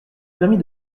permis